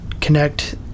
connect